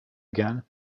again